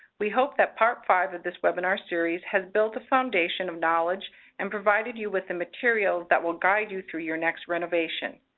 we hope that part five of this webinar series has built a foundation of knowledge and provided you with the materials that will guide you through your next renovation.